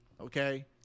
Okay